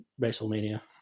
WrestleMania